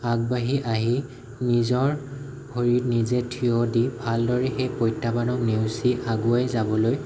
আগবাঢ়ি আহি নিজৰ ভৰিত নিজে থিয় দি ভাল দৰে এই প্ৰাত্যাহ্বানক নেওচি আগুৱাই যাবলৈ